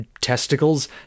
testicles